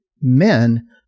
men